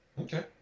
Okay